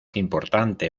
importante